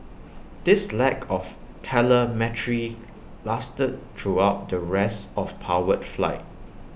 this lack of telemetry lasted throughout the rest of powered flight